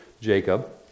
Jacob